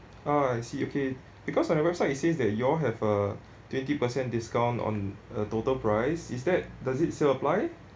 ah I see okay because on your website it says that you all have uh twenty percent discount on uh total price is that does it still apply